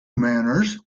manors